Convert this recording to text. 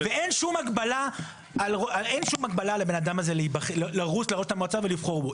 ואין שום הגבלה על הבן אדם הזה לרוץ לראשות המועצה ולבחור בו.